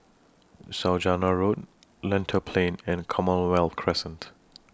Saujana Road Lentor Plain and Commonwealth Crescent